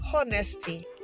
Honesty